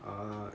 uh